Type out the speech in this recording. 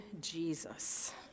Jesus